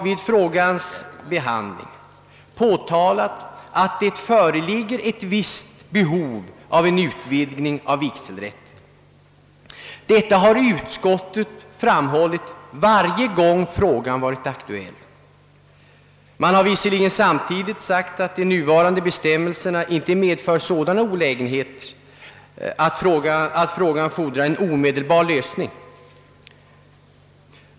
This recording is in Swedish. Vid frågans behandling i år har utskottet framhållit, att det föreligger ett visst behov av en utvidgning av vigselrätten. Samma sak har utskottet uttalat varje gång frågan varit aktuell, även om det samtidigt sagt att de nuvarande bestämmelserna inte medför sådana olägenheter att frågan kräver en omedel bar lösning.